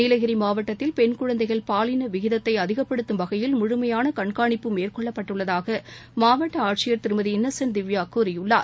நீலகிரி மாவட்டத்தில் பெண் குழந்தைகள் பாலின விகிதத்தை அதிகப்படுத்தும் வகையில் முழுமையான கண்காணிப்பு மேற்கொள்ளப்பட்டுள்ளதாக மாவட்ட ஆட்சியர் திருமதி இன்னசென்ட் திவ்யா கூறியுள்ளார்